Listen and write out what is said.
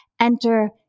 enter